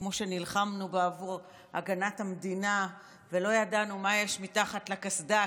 כמו שנלחמנו בעבור הגנת המדינה ולא ידענו מה יש מתחת לקסדה,